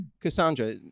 cassandra